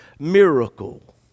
miracle